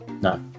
No